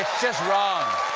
just wrong